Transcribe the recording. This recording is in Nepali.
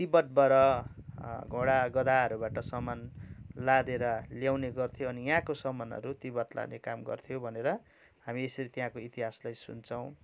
तिबतबाट घोडा गधाहरूबाट सामान लादेर ल्याउने गर्थ्यो अनि यहाँको समानहरू तिबत लाने काम गर्थ्यो भनेर हामी यसरी त्यहाँको इतिहासलाई सुन्छौँ